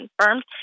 confirmed